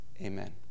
Amen